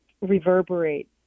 reverberate